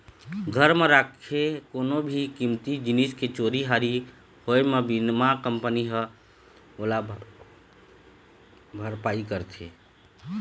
घर म राखे कोनो भी कीमती जिनिस के चोरी हारी होए म बीमा कंपनी ह ओला भरपाई करथे